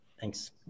Thanks